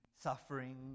suffering